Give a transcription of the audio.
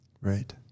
Right